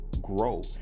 grow